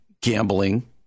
gambling